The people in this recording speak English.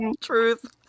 Truth